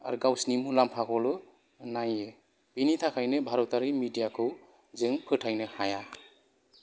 आरो गावसिनि मुलामफाखौल' नायो बेनि थाखायनो भारतारि मिडियाखौ जों फोथायनो हाया